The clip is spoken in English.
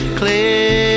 clear